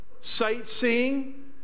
sightseeing